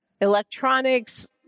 electronics